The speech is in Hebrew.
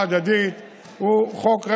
הוא חוק העזרה ההדדית,